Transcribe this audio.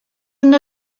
una